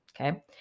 Okay